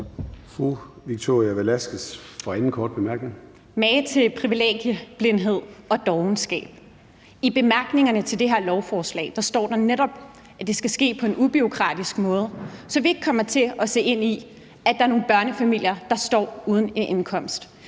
Magen til privilegieblindhed og dovenskab! I bemærkningerne til det her lovforslag står der netop, at det skal ske på en ubureaukratisk måde, så vi ikke kommer til at se ind i, at der er nogle børnefamilier, der står uden en indkomst.